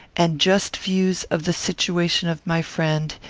and just views of the situation of my friend,